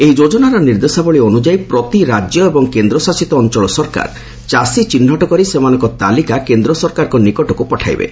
ଏହି ଯୋଜନାର ନିର୍ଦ୍ଦେଶାବଳୀ ଅନ୍ତଯାୟୀ ପ୍ରତି ରାଜ୍ୟ ଏବଂ କେନ୍ଦ୍ର ଶାସିତ ଅଞ୍ଚଳ ସରକାର ଚାଷୀ ଚିହ୍ନଟ କରି ସେମାନଙ୍କ ତାଲିକା କେନ୍ଦ୍ର ସରକାରଙ୍କ ନିକଟକୁ ପଠାଇବେ